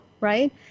Right